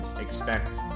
expect